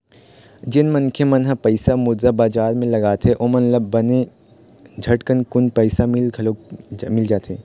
जेन मनखे मन ह पइसा मुद्रा बजार म लगाथे ओमन ल बने झटकून पइसा घलोक मिल जाथे